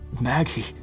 Maggie